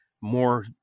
More